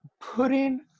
putting